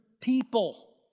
people